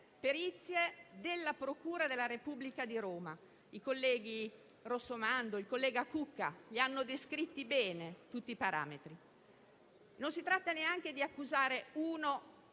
perizie della procura della Repubblica di Roma. I colleghi Rossomando e Cucca hanno descritto bene tutti i parametri. Non si tratta neanche di accusare l'uno